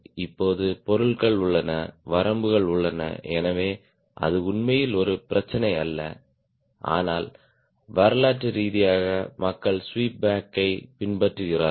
இப்போது பொருட்கள் உள்ளன வரம்புகள் உள்ளன எனவே அது உண்மையில் ஒரு பிரச்சினை அல்ல ஆனால் வரலாற்று ரீதியாக மக்கள் ஸ்வீப் பேக் யை பின்பற்றுகிறார்கள்